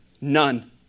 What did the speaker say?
None